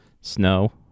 snow